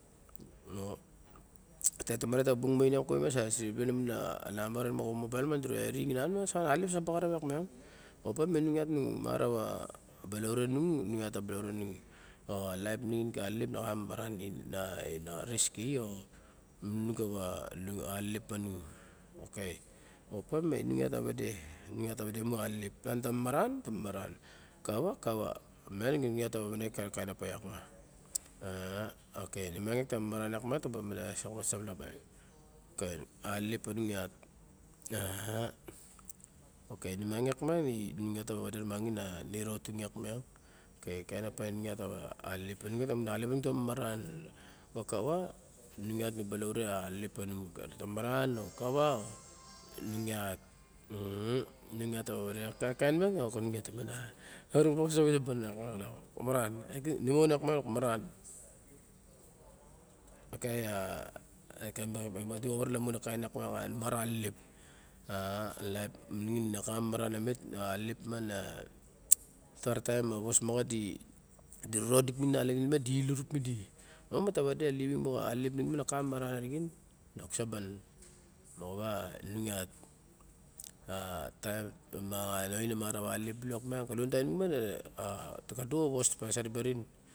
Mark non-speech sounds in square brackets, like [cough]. Lo a tet ta bung mong ma kuru miang, sa ribe la mun a numba moxa mobile. Dure ring a nun alelep sa bagarup yiak miang. Opa ma inung iat numarawa balaure nung inung iat ta balaure nung moxa laip nixin ka alelep ponung. Okay opa ma inung iat ta wado inung iat ta maran kava kava. Miang inung ta ba wade a kain opa yiak ma. [hesitation] Okay nimiang yiak ma inung ta be wade rumaxin a niratung yiak miang. Okay kain opa alelep tanung ta be maran a kara inung iat nu balaure a alelep tanung ta ba maran o kava inung iat [hesitation] [noise] ta wade a kain kain miang [unintelligible] ene mon iak miang. Okay a enemon iak miang opa na mara elelep a laip nixun na kamama ran omet, alolep na. [noise] Tara taim a vos makat di no dir minin a nalaxin di ile rup me di, or ma ta ade luxing moxa alelep ningin na ka mamaran a rixen lok saban, moxa wa inung iat. A taim moxa ain na mara wa